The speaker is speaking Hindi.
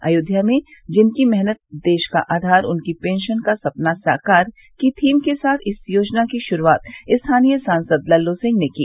अयोध्या में जिनकी मेहनत देश का आधार उनकी पेंशन का सपना साकार की थीम के साथ इस योजना की शुरूआत स्थानीय सांसद लल्लू सिंह ने की